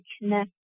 connect